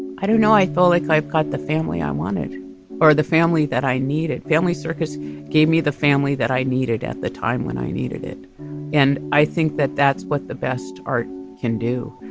i don't know, i feel like i've got the family i wanted or the family that i needed, family circus gave me the family that i needed at the time when i needed it and i think that that's what the best art can do.